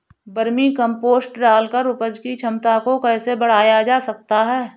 Vermi compost डालकर उपज की क्षमता को कैसे बढ़ाया जा सकता है?